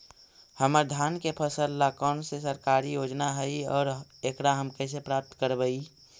हमर धान के फ़सल ला कौन सा सरकारी योजना हई और एकरा हम कैसे प्राप्त करबई?